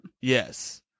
Yes